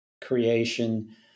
creation